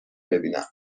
ببینم